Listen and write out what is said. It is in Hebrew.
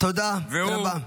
תודה רבה.